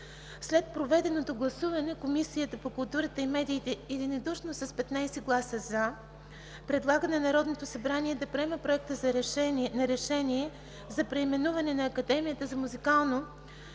След проведеното гласуване Комисията по културата и медиите единодушно с 15 гласа „за“ предлага на Народното събрание да приеме Проекта на решение за преименуване на Академията за музикално,